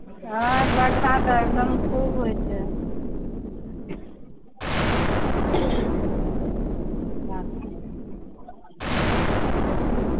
हँ वर्षा तऽ एखन खूब होइ छै अच्छा